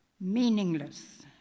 Meaningless